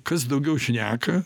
kas daugiau šneka